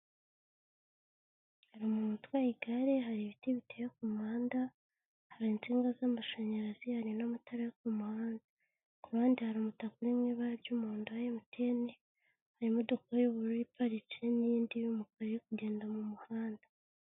Hari umuntu utwaye igare, hari ibiti biteye ku muhanda, hari insinga z'amashanyarazi, hari n'amatara yo ku muhanda. Ku ruhande hari umutaka uri mu ibara ry'umuhondo wa MTN, hari imodoka y'ubururu iparitse n'iyindi y'umukara iri kugenda mu muhanda.